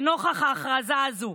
נוכח ההכרזה הזו.